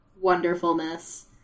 wonderfulness